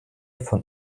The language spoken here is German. von